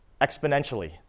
exponentially